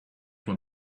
what